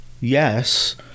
yes